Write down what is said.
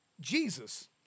Jesus